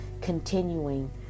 continuing